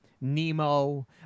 Nemo